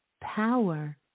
Power